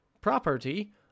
property